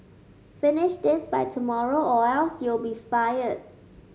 finish this by tomorrow or else you'll be fired